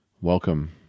welcome